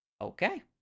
Okay